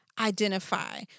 identify